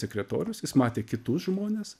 sekretorius jis matė kitus žmones